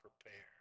prepared